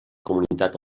comunitat